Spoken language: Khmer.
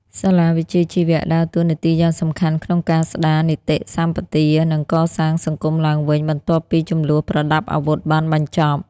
សាលាវិជ្ជាជីវៈដើរតួនាទីយ៉ាងសំខាន់ក្នុងការស្តារនីតិសម្បទា និងកសាងសង្គមឡើងវិញបន្ទាប់ពីជម្លោះប្រដាប់អាវុធបានបញ្ចប់។